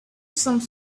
some